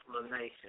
explanation